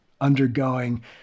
undergoing